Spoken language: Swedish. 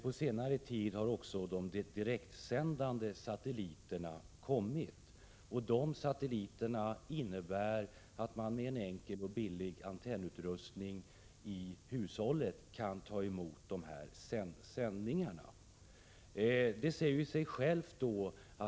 På senare tid har också de direktsändande satelliterna kommit. Det innebär att man med en enkel och billig antennutrustning i hushållet kan ta emot sändningar.